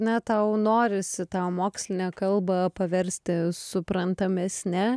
na tau norisi tą mokslinę kalbą paversti suprantamesne